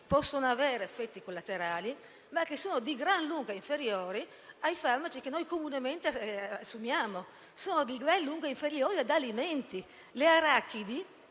possono avere effetti collaterali, che però sono di gran lunga inferiori ai farmaci che noi comunemente assumiamo; sono di gran lunga inferiori ad alcuni alimenti: le arachidi